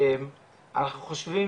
אנחנו חושבים